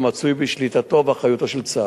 המצוי בשליטתו ואחריותו של צה"ל.